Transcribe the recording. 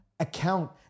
account